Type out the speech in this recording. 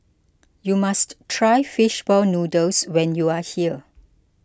you must try Fish Ball Noodles when you are here